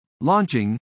launching